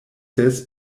ses